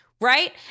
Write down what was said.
right